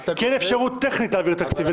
כי אין אפשרות טכנית להעביר תקציב,